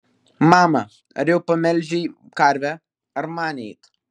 mama ar jau pamelžei karvę ar man eiti